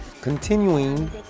continuing